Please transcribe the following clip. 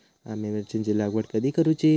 आम्ही मिरचेंची लागवड कधी करूची?